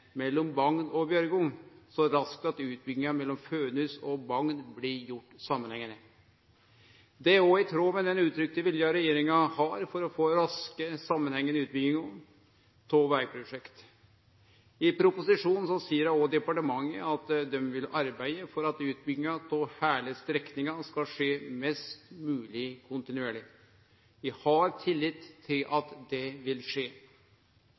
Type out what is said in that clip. mellom Bagn og Bjørgo så raskt at utbygginga mellom Fønhus og Bagn blir gjord samanhengande. Det er òg i tråd med den uttrykte viljen regjeringa har for å få raske, samanhengande utbyggingar av vegprosjekt. I proposisjonen seier òg departementet at dei vil arbeide for at utbygginga av heile strekninga skal skje mest mogleg kontinuerleg. Eg har tillit til at det vil skje.